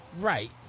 Right